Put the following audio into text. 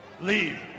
leave